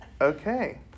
Okay